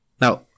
Now